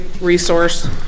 resource